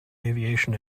aviation